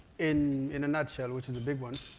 in in a nutshell, which is a big one,